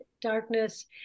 darkness